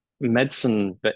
Medicine